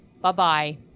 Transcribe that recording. Bye-bye